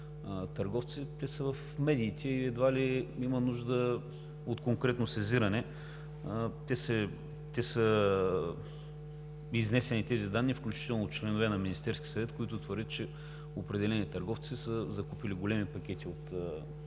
са в медиите и едва ли има нужда от конкретно сезиране. Те са изнесени, включително и от членове на Министерския съвет, които твърдят, че определени търговци са закупили големи пакети от държавните